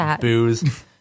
booze